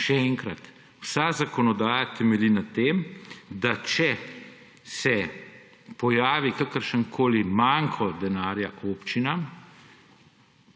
Še enkrat, vsa zakonodaja temelji na tem, da če se pojavi kakršenkoli manko denarja občinam,